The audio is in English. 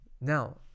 Now